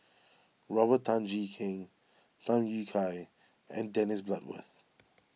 Robert Tan Jee Keng Tham Yui Kai and Dennis Bloodworth